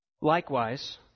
Likewise